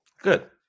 Good